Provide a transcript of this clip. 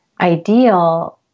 Ideal